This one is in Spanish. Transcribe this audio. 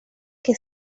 que